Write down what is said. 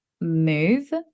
move